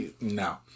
No